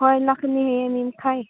ꯍꯣꯏ ꯂꯥꯛꯀꯅꯤ ꯑꯅꯤ ꯃꯈꯥꯏ